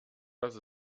dass